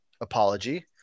apology